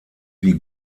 wie